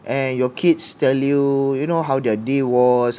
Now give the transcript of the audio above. and your kids tell you you know how their day was